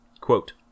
Quote